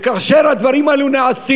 וכאשר הדברים האלה נעשים